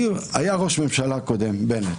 היה ראש ממשלה קודם, בנט.